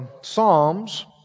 Psalms